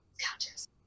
Couches